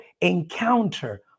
encounter